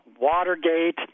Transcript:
Watergate